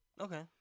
Okay